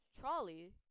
trolley